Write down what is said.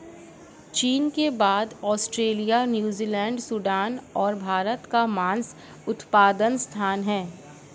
चीन के बाद ऑस्ट्रेलिया, न्यूजीलैंड, सूडान और भारत का मांस उत्पादन स्थान है